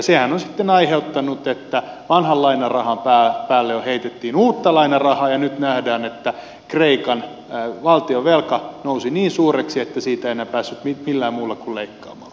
sehän on sitten aiheuttanut että vanhan lainarahan päälle heitettiin uutta lainarahaa ja nyt nähdään että kreikan valtionvelka nousi niin suureksi että siitä ei enää päässyt millään muulla kuin leikkaamalla